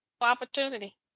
Opportunity